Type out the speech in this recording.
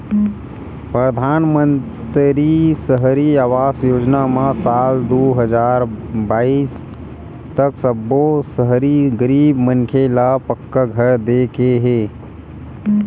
परधानमंतरी सहरी आवास योजना म साल दू हजार बाइस तक सब्बो सहरी गरीब मनखे ल पक्का घर दे के हे